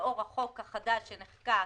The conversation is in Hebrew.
שלאור החוק החדש שנחקק,